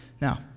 Now